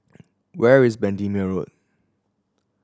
where is Bendemeer Road